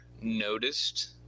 noticed